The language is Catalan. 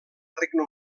regne